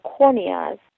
corneas